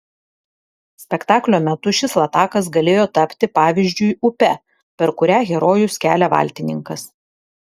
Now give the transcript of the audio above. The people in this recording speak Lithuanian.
spektaklio metu šis latakas galėjo tapti pavyzdžiui upe per kurią herojus kelia valtininkas